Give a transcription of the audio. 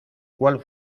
cuál